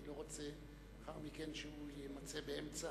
אני לא רוצה שלאחר מכן הוא יימצא באמצע,